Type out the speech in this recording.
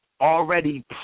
already